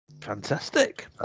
Fantastic